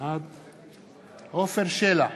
בעד עפר שלח,